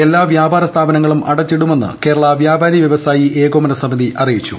എല്ലാ വ്യാപാര സ്ഥാപനങ്ങളും അടച്ചിടുമെന്ന് കേരള വ്യാപാരി വൃവസായി ഏകോപന സമിതി അറിയിച്ചു